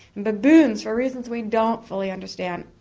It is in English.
and baboons, for reasons we don't fully understand,